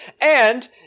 and-